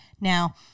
Now